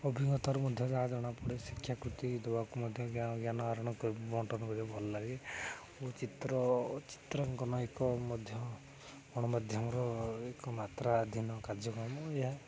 ଅଭିଜ୍ଞତାରୁ ମଧ୍ୟ ଯାହା ଜଣାପଡ଼େ ଶିକ୍ଷାକୃତି ଦବାକୁ ମଧ୍ୟ ଜ୍ଞାନ ଆହରଣ ବଣ୍ଟନ କରିବାକୁ ଭଲ ଲାଗେ ଓ ଚିତ୍ର ଚିତ୍ରାଙ୍କନ ଏକ ମଧ୍ୟ ଗଣମାଧ୍ୟମର ଏକମାତ୍ରା ଅଧୀନ କାର୍ଯ୍ୟକ୍ରମ ଏହା